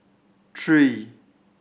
three